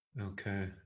Okay